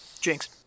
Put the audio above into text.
Jinx